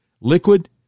Liquid